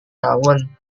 tahun